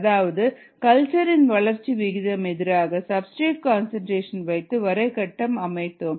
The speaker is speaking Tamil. அதாவது கல்ச்சர் இன் வளர்ச்சி விகிதம் எதிராக சப்ஸ்டிரேட் கன்சன்ட்ரேஷன் வைத்து வரை கட்டம் அமைத்தோம்